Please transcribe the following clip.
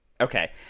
Okay